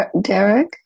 Derek